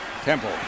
Temple